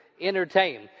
entertain